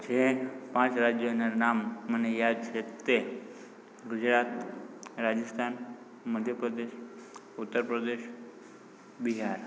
જે પાંચ રાજ્યોનાં નામ મને યાદ છે તે ગુજરાત રાજસ્થાન મધ્યપ્રદેશ ઉત્તરપ્રદેશ બિહાર